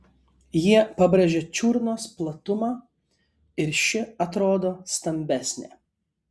jie pabrėžia čiurnos platumą ir ši atrodo stambesnė